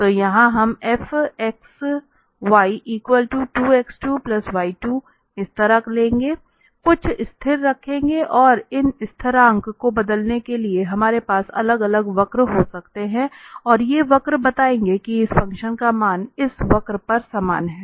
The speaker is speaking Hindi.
तो यहां हम Fxy2x2y2 इस तरह लेंगे कुछ स्थिर रखें और इन स्थिरांक को बदलने के लिए हमारे पास अलग अलग वक्र हो सकते हैं और ये वक्र बताएंगे कि इस फ़ंक्शन का मान इस वक्र पर समान है